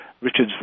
Richard's